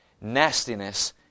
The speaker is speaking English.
nastiness